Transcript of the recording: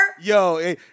Yo